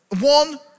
one